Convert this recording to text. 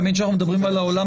תמיד כשאנחנו מדברים על העולם